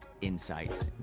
insights